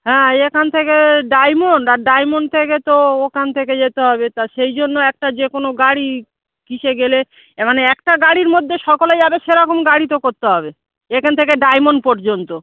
হ্যাঁ এখান থেকে ডায়মন্ড আর ডায়মন্ড থেকে তো ওখান থেকে যেতে হবে তা সেই জন্য একটা যে কোনো গাড়ি কীসে গেলে এ মানে একটা গাড়ির মধ্যে সকলে যাবে সেরকম গাড়ি তো করতে হবে এখান থেকে ডায়মন্ড পর্যন্ত